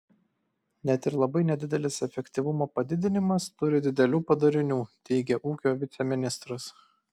net ir labai nedidelis efektyvumo padidinimas turi didelių padarinių teigė ūkio viceministras